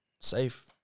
safe